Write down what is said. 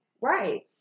right